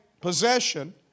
possession